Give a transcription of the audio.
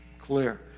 clear